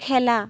খেলা